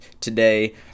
today